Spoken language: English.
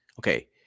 Okay